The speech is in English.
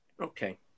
Okay